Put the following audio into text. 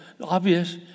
obvious